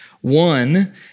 One